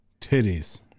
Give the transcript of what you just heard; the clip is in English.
titties